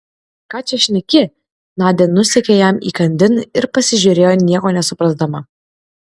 ką čia šneki nadia nusekė jam įkandin ir pasižiūrėjo nieko nesuprasdama